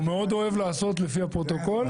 הוא מאוד אוהב לעשות לפי הפרוטוקול.